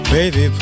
Baby